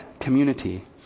community